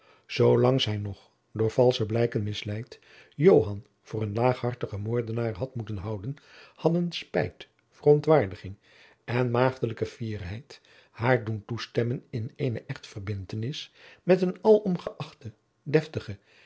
zoo lang zij nog door valsche blijken misleid joan voor een laaghartigen moordenaar had moeten houden hadden spijt verontwaardiging en maagdelijke fierheid haar doen toestemmen in eene echtverbindtenis met een alom geachten deftigen